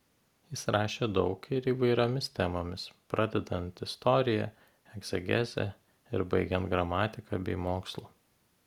jis rašė daug ir įvairiomis temomis pradedant istorija egzegeze ir baigiant gramatika bei mokslu